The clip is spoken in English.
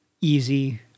easy